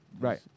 Right